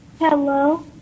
Hello